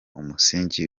umusingi